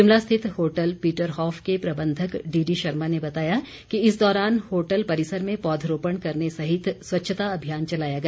शिमला स्थित hotel Peterhoff के प्रबंधक डीडी शर्मा ने बताया कि इस दौरान होटल परिसर में पौधरोपण करने सहित स्वच्छता अभियान चलाया गया